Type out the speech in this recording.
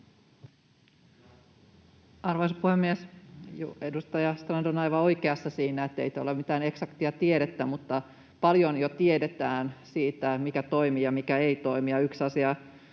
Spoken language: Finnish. Arvoisa puhemies! Edustaja Strand on aivan oikeassa siinä, ettei tämä ole mitään eksaktia tiedettä, mutta paljon jo tiedetään siitä, mikä toimii ja mikä ei toimi,